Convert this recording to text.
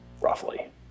roughly